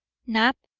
knapp,